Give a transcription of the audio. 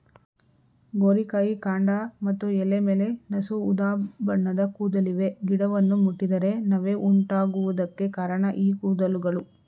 ಗೋರಿಕಾಯಿ ಕಾಂಡ ಮತ್ತು ಎಲೆ ಮೇಲೆ ನಸು ಉದಾಬಣ್ಣದ ಕೂದಲಿವೆ ಗಿಡವನ್ನು ಮುಟ್ಟಿದರೆ ನವೆ ಉಂಟಾಗುವುದಕ್ಕೆ ಕಾರಣ ಈ ಕೂದಲುಗಳು